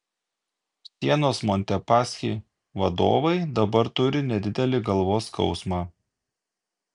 sienos montepaschi vadovai dabar turi nedidelį galvos skausmą